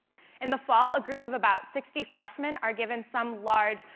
in the fall a group of about sixty freshmen are given some large,